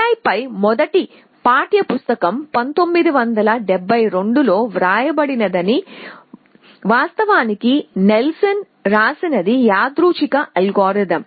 AI పై మొదటి పాఠ్య పుస్తకం 1972 లో వ్రాయబడినది వాస్తవానికి నెల్సన్ రాసినది యాదృచ్ఛిక అల్గోరిథం